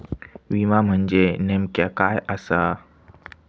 विमा म्हणजे नेमक्या काय आसा?